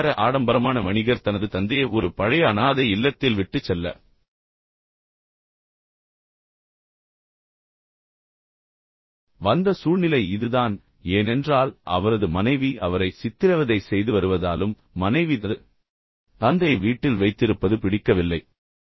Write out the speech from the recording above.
ஒரு பணக்கார ஆடம்பரமான வணிகர் தனது தந்தையை ஒரு பழைய அனாதை இல்லத்தில் விட்டுச் செல்ல வந்த சூழ்நிலை இதுதான் ஏனென்றால் அவரது மனைவி அவரை சித்திரவதை செய்து வருவதாலும் மனைவி தனது தந்தையை வீட்டில் வைத்திருப்பது பிடிக்கவில்லை